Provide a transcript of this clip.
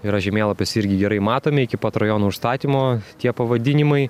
yra žemėlapis irgi gerai matome iki pat rajono užstatymo tie pavadinimai